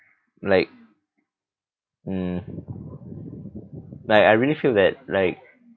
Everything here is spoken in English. like mm like I really feel that like